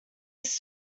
his